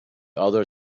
other